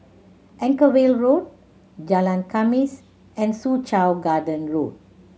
Anchorvale Road Jalan Khamis and Soo Chow Garden Road